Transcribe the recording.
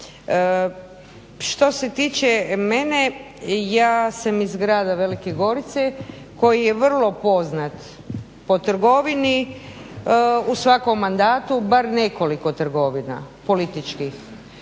Što se tiče mene, ja sam iz grada Velike Gorice koji je vrlo poznat po trgovini u svakom mandatu bar nekoliko trgovina političkih,